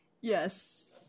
Yes